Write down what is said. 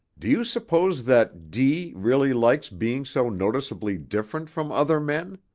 do you suppose that d really likes being so noticeably different from other men?